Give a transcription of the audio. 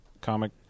comic